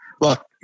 Look